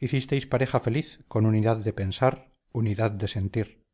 hicisteis pareja feliz con unidad de pensar unidad de sentir